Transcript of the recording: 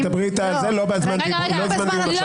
את תדברי איתה על זה, לא זמן דיון עכשיו.